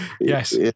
Yes